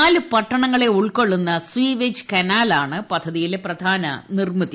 നാല് പട്ടണങ്ങളെ ഉൾക്കൊള്ളുന്ന സ്വീവേജ് കനാലാണ് പദ്ധതിയിലെ പ്രധാന നിർമ്മിതി